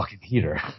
heater